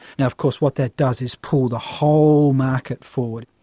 now, of course what that does is pull the whole market forward.